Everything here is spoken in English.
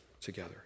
together